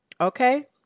Okay